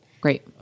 great